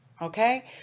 Okay